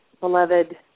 beloved